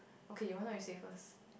okay why not you say first